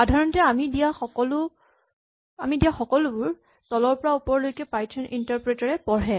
সাধাৰণতে আমি দিয়া সকলোবোৰ তলৰ পৰা ওপৰলৈকে পাইথন ইন্টাৰপ্ৰেটাৰ এ পঢ়ে